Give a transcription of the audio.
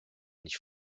nicht